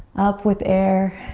up with air,